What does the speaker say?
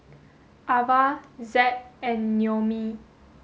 Avah Zack and Noemie